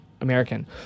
American